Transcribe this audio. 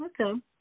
Okay